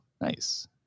nice